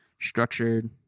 structured